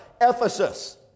Ephesus